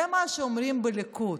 זה מה שאומרים בליכוד.